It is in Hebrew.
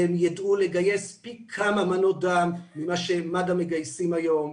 והם יידעו לגייס פי כמה מנות דם ממה שמד"א מגייסים היום.